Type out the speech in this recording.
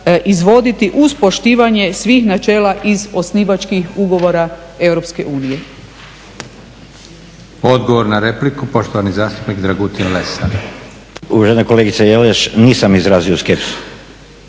izvoditi uz poštivanje svih načela iz osnivačkih ugovora EU.